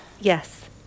Yes